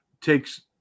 takes